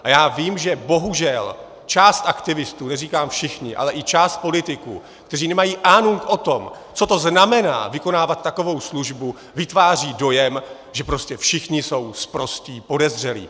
A já vím, že bohužel část aktivistů, neříkám všichni, ale i část politiků, kteří nemají ánunk o tom, co to znamená vykonávat takovou službu, vytváří dojem, že prostě všichni jsou sprostí podezřelí.